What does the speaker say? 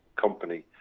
company